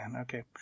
Okay